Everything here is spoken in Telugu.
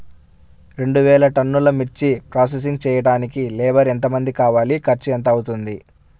రెండు వేలు టన్నుల మిర్చి ప్రోసెసింగ్ చేయడానికి లేబర్ ఎంతమంది కావాలి, ఖర్చు ఎంత అవుతుంది?